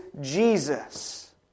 Jesus